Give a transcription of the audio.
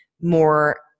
more